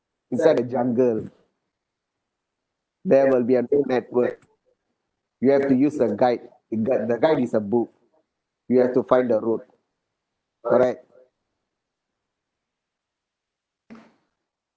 inside the jungle there will be a no network you have to use a guide guide the guide is a book you have to find the road correct